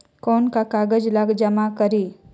कौन का कागज ला जमा करी?